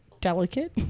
Delicate